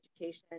education